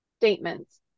statements